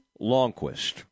Longquist